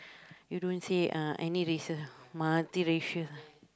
you don't say uh any racial multiracial